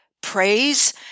praise